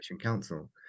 council